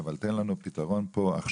אבל תן לנו פתרון לעכשיו,